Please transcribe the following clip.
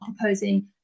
proposing